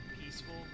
peaceful